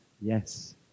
yes